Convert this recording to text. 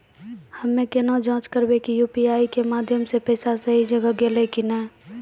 हम्मय केना जाँच करबै की यु.पी.आई के माध्यम से पैसा सही जगह गेलै की नैय?